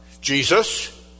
Jesus